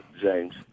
james